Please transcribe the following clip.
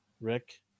rick